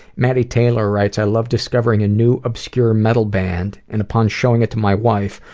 maddy taylor writes, i love discovering a new, obscure metal ban and upon showing it to my wife,